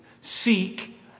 Seek